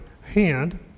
hand